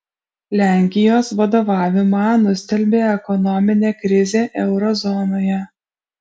lenkijos vadovavimą nustelbė ekonominė krizė euro zonoje